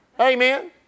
Amen